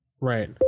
Right